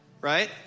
right